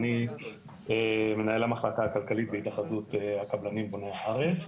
אני מנהל המחלקה הכלכלית בהתאחדות הקבלנים בוני הארץ.